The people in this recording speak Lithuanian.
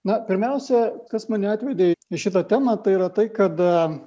na pirmiausia kas mane atvedė į šitą temą tai yra tai kad